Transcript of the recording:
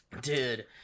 Dude